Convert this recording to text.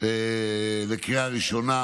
לקריאה ראשונה